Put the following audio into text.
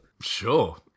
Sure